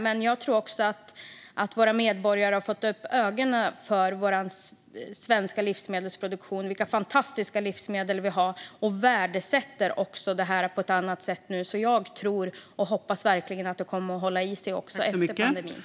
Men jag tror att våra medborgare har fått upp ögonen för vilka fantastiska livsmedel vi har och värdesätter dem på ett annat sätt nu. Jag tror och hoppas verkligen att det kommer att hålla i sig efter pandemin.